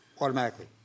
automatically